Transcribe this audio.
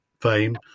Fame